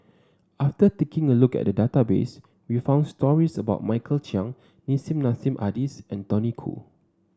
after taking a look at the database we found stories about Michael Chiang Nissim Nassim Adis and Tony Khoo